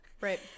Right